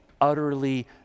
utterly